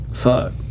Fuck